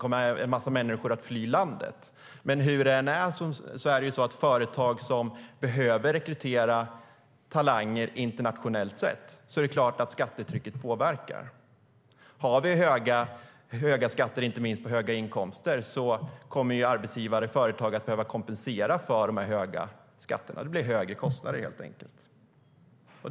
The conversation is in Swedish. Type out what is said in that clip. Men hur det än är påverkar skattetrycket såklart företag som behöver rekrytera talanger internationellt. Om vi har höga skatter, inte minst på höga inkomster, kommer arbetsgivare och företag att behöva kompensera för dessa höga skatter. Det blir helt enkelt högre kostnader.